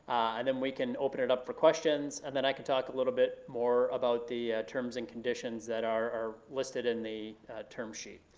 and then we can open it up for questions. and then i can talk a little bit more about the terms and conditions that are listed in the term sheet.